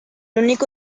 único